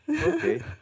Okay